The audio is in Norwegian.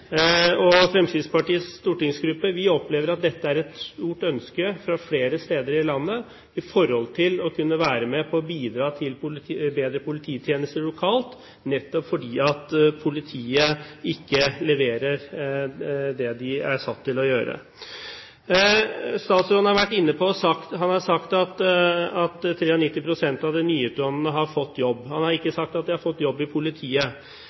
Fremskrittspartiets stortingsgruppe opplever at det er et stort ønske flere steder i landet om å være med og bidra til bedre polititjenester lokalt, nettopp fordi politiet ikke leverer det de er satt til å gjøre. Statsråden har sagt at 93 pst. av de nyutdannede har fått jobb. Han har ikke sagt at de har fått jobb i politiet. Vi vet jo at Oslo kommune står fritt til å gå ut og kjøpe vektertjenester, men de kan ikke